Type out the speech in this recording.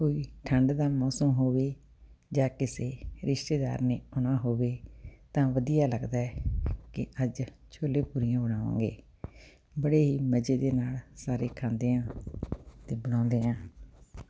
ਕੋਈ ਠੰਡ ਦਾ ਮੌਸਮ ਹੋਵੇ ਜਾਂ ਕਿਸੇ ਰਿਸ਼ਤੇਦਾਰ ਨੇ ਆਉਣਾ ਹੋਵੇ ਤਾਂ ਵਧੀਆ ਲੱਗਦਾ ਕਿ ਅੱਜ ਛੋਲੇ ਪੂਰੀਆਂ ਬਣਾਉਗੇ ਬੜੇ ਹੀ ਮਜ਼ੇ ਦੇ ਨਾਲ ਸਾਰੇ ਖਾਂਦੇ ਹਾਂ ਅਤੇ ਬਣਾਉਂਦੇ ਹਾਂ